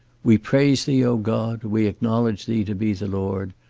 we praise thee, o god we acknowledge thee to be the lord.